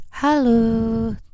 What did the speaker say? Hello